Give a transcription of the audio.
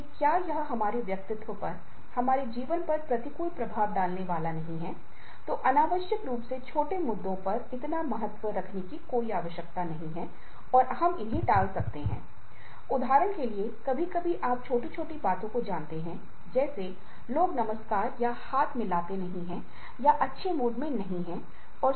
इसलिए व्यक्तिगत चिंता भी काम पर बहुत सारी ऊर्जा लगाने के लिए और काम में अपना प्रदर्शन दिखाने के लिए और साथ ही साथ समुदाय में अपनी पहचान के लिए पदोन्नति और वेतन वृद्धि प्राप्त करने के लिए व्यक्ति को चला रही है